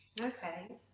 Okay